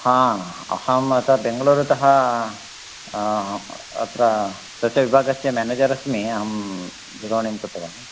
हा अहम् सत्यं बेङ्गलूरुतः अत्र तस्य विभागस्य मेनेजर् अस्मि अहं दूरवाणीं कृतवान्